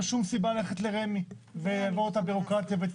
שום סיבה ללכת לרמ"י ויעבור את הביורוקרטיה.